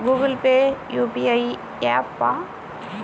Google Pay UPI య్యాపా?